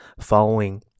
following